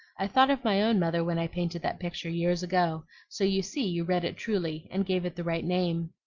i thought of my own mother when i painted that picture years ago so you see you read it truly, and gave it the right name.